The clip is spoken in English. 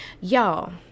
Y'all